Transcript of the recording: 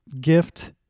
gift